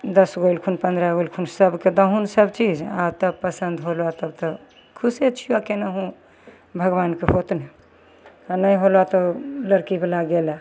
दस गो एलखुन पन्द्रह गो एलखुन सबके दहुन सब चीज आओर तऽ पसन्द होला तब तऽ खुशे छियह केनाहु भगवानके होतनि आओर ने होला तऽ लड़कीवला गेलय